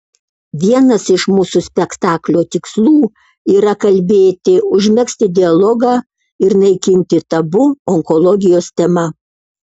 vienas iš mūsų spektaklio tikslų yra kalbėti užmegzti dialogą ir naikinti tabu onkologijos tema